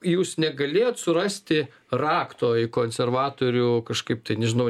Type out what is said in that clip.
jūs negalėjot surasti rakto į konservatorių kažkaip tai nežinau